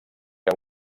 que